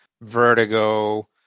Vertigo